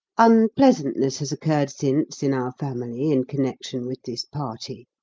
unpleasantness has occurred since, in our family, in connection with this party.